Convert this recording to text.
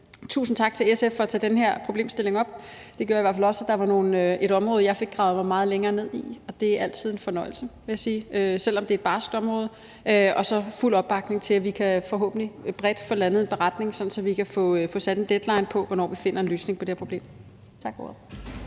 tusind tak til SF for at tage den her problemstilling op. Det gjorde i hvert fald også, at der var et område, jeg fik gravet mig meget længere ned i, og det er altid en fornøjelse, vil jeg sige, selv om det er et barskt område. Der er fuld opbakning til, at vi forhåbentlig bredt kan få landet en beretning, sådan at vi kan få sat en deadline for, hvornår vi finder en løsning på det her problem. Tak for